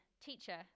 Teacher